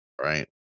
Right